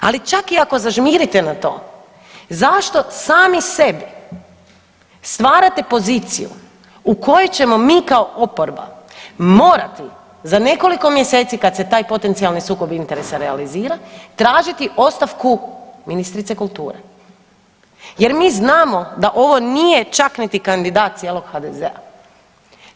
Ali čak i ako zažmirite, zašto sami sebi stvarate poziciju u kojoj ćemo mi kao oporba morati za nekoliko mjeseci, kad se taj potencijalni sukob interesa realizira, tražiti ostavku ministrice kulture jer mi znamo da ovo nije čak niti kandidat cijelog HDZ-a.